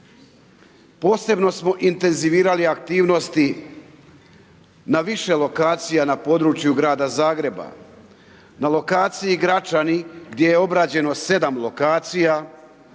Posebno smo intenzivirali aktivnosti na više lokacija na području Grada Zagreba. Na lokaciji Gračani, gdje je obrađeno 7 lokacija